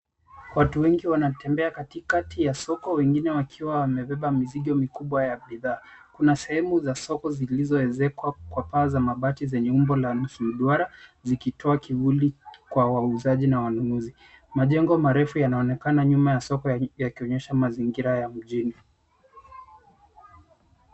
Watu wengi wanatembea katikati ya soko wakiwa wamebeba mizigo mikubwa ya bidhaa. Kuna sehemu za soko zilizoezekwa kwa paa za mabati zenye umbo la nusu duara zikitoa kivuli kwa wauzaji na wanunuzi majengo marefu yanaonekana nyuma ya soko yakionyesha mazingira ya mjini.